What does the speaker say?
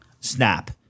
Snap